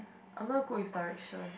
I'm not good with direction